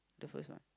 the first one